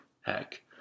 heck